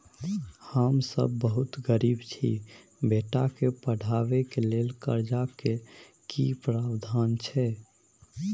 हम सब बहुत गरीब छी, बेटा के पढाबै के लेल कर्जा के की प्रावधान छै?